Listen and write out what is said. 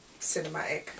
cinematic